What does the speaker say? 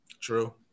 true